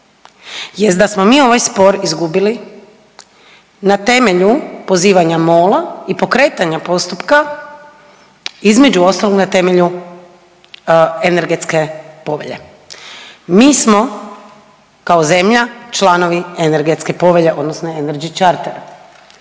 jest da smo mi ovaj spor izgubili na temelju pozivanja MOL-a i pokretanja postupka između ostalog na temelju Energetske povelje. Mi smo kao zemlja članove Energetske povelje odnosno Energy charter.